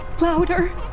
Louder